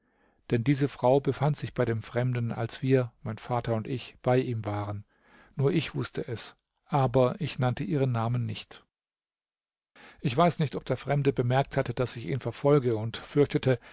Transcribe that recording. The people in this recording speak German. denn diese frau befand sich bei dem fremden als wir mein vater und ich bei ihm waren nur ich wußte es aber ich nannte ihren namen nicht ich weiß nicht ob der fremde bemerkt hatte daß ich ihn verfolge und fürchtete